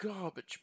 Garbage